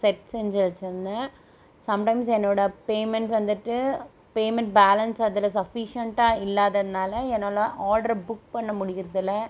set செஞ்சு வச்சுருந்தேன் sometimes என்னோட பேமெண்ட் வந்துட்டு பேமெண்ட் பேலன்ஸ் அதில் சஃபிசியண்ட்டா இல்லாததுனால் என்னால் ஆர்ட்ரை புக் பண்ண முடியுறதில்ல